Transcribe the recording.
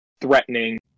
Threatening